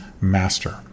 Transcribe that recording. master